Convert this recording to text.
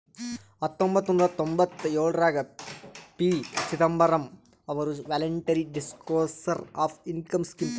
ಹತೊಂಬತ್ತ ನೂರಾ ತೊಂಭತ್ತಯೋಳ್ರಾಗ ಪಿ.ಚಿದಂಬರಂ ಅವರು voluntary disclosure of income scheme ತಂದಾರ